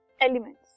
Elements